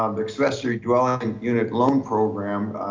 um the accessory dwelling and unit loan program,